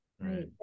Right